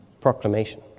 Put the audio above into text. proclamation